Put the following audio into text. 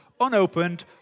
unopened